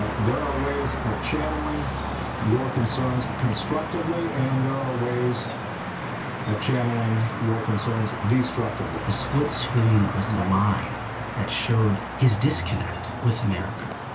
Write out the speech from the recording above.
ah there are ways of channeling your concerns constructively and there are ways of channeling your concerns destructively. the split screen was the line that showed his disconnect with america.